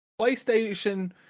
PlayStation